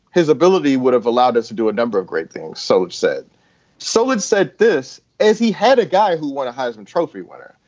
his ability would have allowed us to do a number of great things, so it said soulard said this as he had a guy who won a heisman trophy winner.